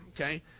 okay